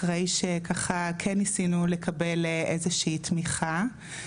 אחרי שככה כן ניסינו לקבל איזושהי תמיכה.